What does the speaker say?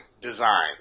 design